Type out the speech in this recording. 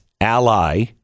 ally